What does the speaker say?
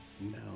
No